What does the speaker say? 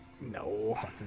No